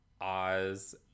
Oz